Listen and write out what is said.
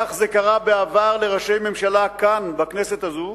כך זה קרה בעבר לראשי ממשלה כאן, בכנסת הזו,